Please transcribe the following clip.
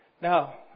Now